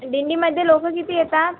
दिंडीमध्ये लोक किती येतात